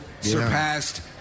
surpassed